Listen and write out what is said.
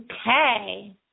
Okay